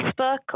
Facebook